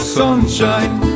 sunshine